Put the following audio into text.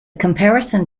comparison